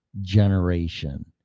generation